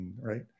right